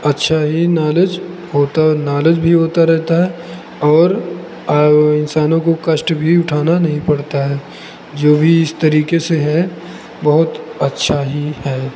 अच्छा ही नालेज होता नालेज भी होता रहता है और इंसानों को कष्ट भी उठाना नहीं पड़ता है जो भी इस तरीके से हैं बहुत अच्छा ही है